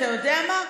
אתה יודע מה,